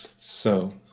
so,